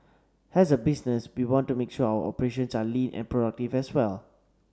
as a business we want to make sure our operations are lean and productive as well